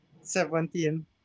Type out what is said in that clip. Seventeen